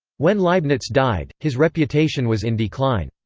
when leibniz died, his reputation was in decline.